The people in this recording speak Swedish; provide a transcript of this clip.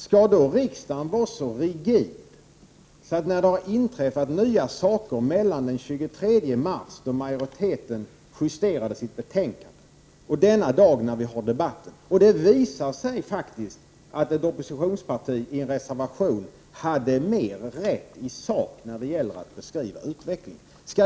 Skall då riksdagen vara så rigid att den, när det har inträffat nya saker mellan den 23 mars, då majoriteten justerade sitt betänkande, och denna dag, när vi har debatten, och det faktiskt visar sig att ett oppositionsparti i reservation har mera rätt i sak när det gäller att beskriva utvecklingen,